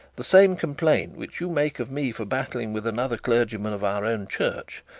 the same complaint which you make of me for battling with another clergyman of our own church,